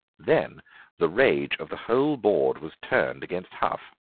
then the rage of the whole board was turned against hough.